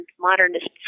modernist